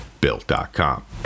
built.com